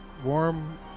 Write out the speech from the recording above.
Warm